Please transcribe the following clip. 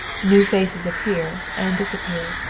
new faces appear and disappear.